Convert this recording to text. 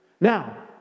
Now